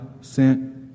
sent